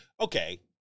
Okay